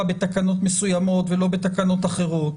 בתקנות מסוימות ולא בתקנות אחרות.